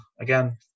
Again